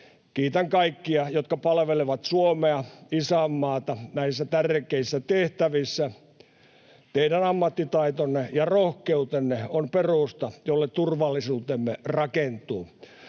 Kiitän kaikkia, jotka palvelevat Suomea, isänmaata, näissä tärkeissä tehtävissä. Teidän ammattitaitonne ja rohkeutenne ovat perusta, jolle turvallisuutemme rakentuu.